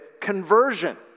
conversion